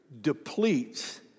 depletes